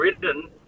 written